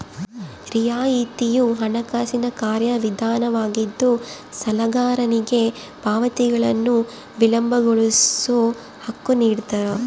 ರಿಯಾಯಿತಿಯು ಹಣಕಾಸಿನ ಕಾರ್ಯವಿಧಾನವಾಗಿದ್ದು ಸಾಲಗಾರನಿಗೆ ಪಾವತಿಗಳನ್ನು ವಿಳಂಬಗೊಳಿಸೋ ಹಕ್ಕು ನಿಡ್ತಾರ